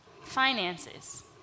finances